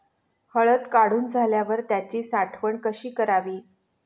हळद काढून झाल्यावर त्याची साठवण कशी करावी?